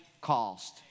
cost